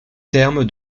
terme